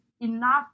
enough